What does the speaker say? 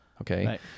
okay